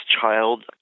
child